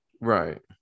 right